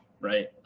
right